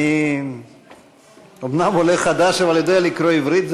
אני אומנם עולה חדש, אבל אני יודע לקרוא עברית.